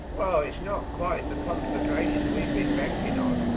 well it's not quite the conflagration we've been banking on.